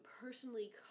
personally